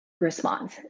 response